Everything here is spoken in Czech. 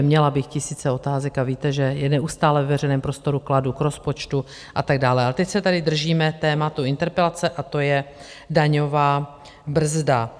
Měla bych tisíce otázek a víte, že je neustále ve veřejném prostoru kladu, k rozpočtu a tak dále, ale teď se tady držíme tématu interpelace a to je daňová brzda.